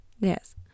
Yes